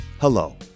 Hello